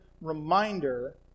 reminder